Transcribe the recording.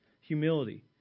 humility